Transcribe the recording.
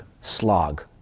slog